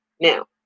Now